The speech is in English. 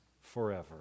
forever